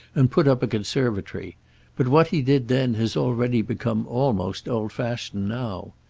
and put up a conservatory but what he did then has already become almost old-fashioned now.